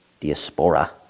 diaspora